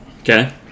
Okay